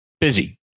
busy